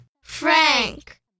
Frank